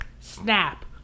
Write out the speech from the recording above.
snap